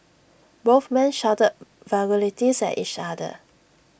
both men shouted vulgarities at each other